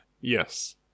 Yes